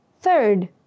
Third